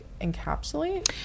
encapsulate